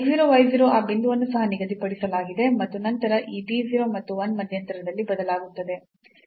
x 0 y 0 ಆ ಬಿಂದುವನ್ನು ಸಹ ನಿಗದಿಪಡಿಸಲಾಗಿದೆ ಮತ್ತು ನಂತರ ಈ t 0 ಮತ್ತು 1 ಮಧ್ಯಂತರದಲ್ಲಿ ಬದಲಾಗುತ್ತದೆ